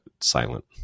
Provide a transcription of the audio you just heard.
silent